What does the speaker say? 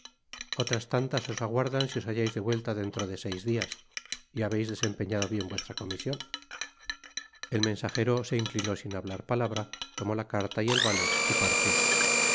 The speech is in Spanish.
otras tantas os aguardan si os hallais de vuelta dentro de seis dias y habeis desempeñado bien vuestra comision el mensajero se inclinó sin hablar palabra tomó la carta y el vale y partió